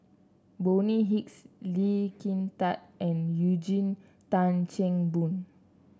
Bonny Hicks Lee Kin Tat and Eugene Tan Kheng Boon